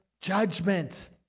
judgment